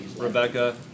Rebecca